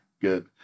good